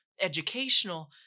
educational